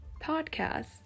podcast